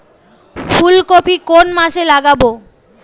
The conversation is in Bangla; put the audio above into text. ফুলকপি কোন মাসে লাগাবো?